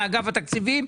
מאגף התקציבים,